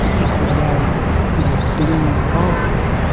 depicted wearing you know blue garments.